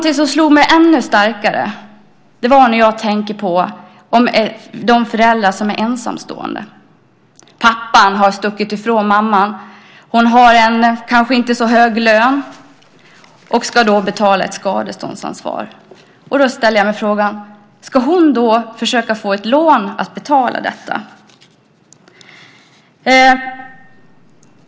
Något som slog mig ännu starkare var när jag tänkte på de föräldrar som är ensamstående. Pappan har stuckit ifrån mamman. Hon har kanske en inte så hög lön och ska betala ett skadestånd. Jag ställer mig frågan: Ska hon försöka att få ett lån för att betala skadeståndet?